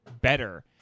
better